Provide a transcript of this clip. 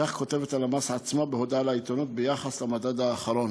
כך כותב הלמ"ס עצמו בהודעה לעיתונות ביחס למדד האחרון.